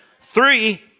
Three